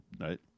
right